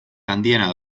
handiena